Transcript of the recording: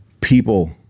people